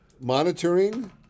Monitoring